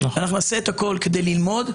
אנחנו נעשה את הכל כדי ללמוד,